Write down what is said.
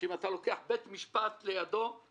שאם אתה לוקח בית משפט לידו זה